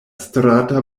strata